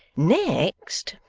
next,